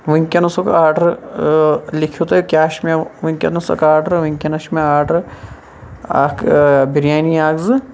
وٕنکٮ۪ن اوسُکھ آڈَر لیٖکھِو تُہۍ کیا چھُ مےٚ وِنکٮ۪نَسُک آڈَر وٕنکٮ۪نَس چھُ مےٚ آڈَر اَکھ بِریانی اَکھ زٕ